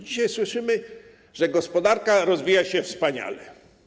Dzisiaj słyszymy, że gospodarka rozwija się wspaniale.